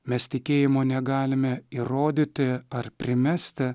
mes tikėjimo negalime įrodyti ar primesti